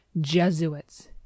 Jesuits